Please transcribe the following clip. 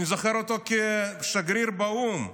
אני זוכר אותו כשגריר באו"ם,